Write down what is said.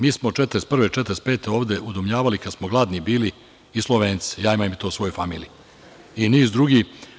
Mi smo 1941-1945. godine ovde udomljavali kad smo gladni bili i Slovence, ja imam to u svojoj familiji, i niz drugih.